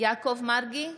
יעקב מרגי,